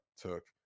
took